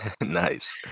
Nice